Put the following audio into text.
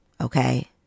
okay